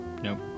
Nope